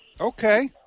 Okay